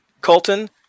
Colton